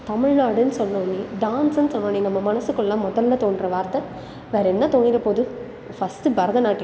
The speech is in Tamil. தமிழ்நாடுன்னு சொன்னவுடனே டான்ஸுன்னு சொன்னவுடனே நம்ம மனசுக்குள்ளே முதலில் தோன்ற வார்த்தை வேறு என்ன தோன்ற போது ஃபர்ஸ்ட்டு பரதநாட்டியம்